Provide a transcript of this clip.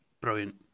Brilliant